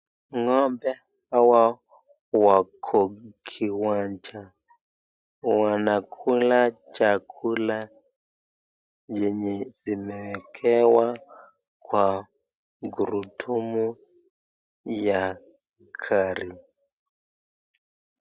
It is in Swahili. Ng'ombe hawa wako kiwanja, wanakula chakula yenye zimewekewa kwa gurudumu ya gari.